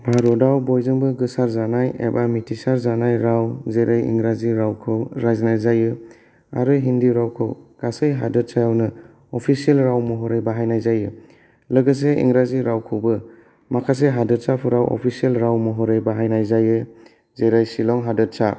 भारतआव बयजोंबो गोसा जानाय एबा मिथिसार जानाय राव जेरै इंराजि रावखौ रायज्लायनाय जायो आरो हिन्दी रावखौ गासै हादोर सायावनो अफिसियेल राव महरै बाहायनाय जायो लोगोसे इंराजि रावखौबो माखासे हादोरसाफोराव अफिसियेल राव महरै बाहायनाय जायो जेरै सिलं हादोरसा